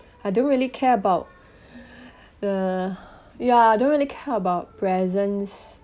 I don't really care about uh ya I don't really care about presents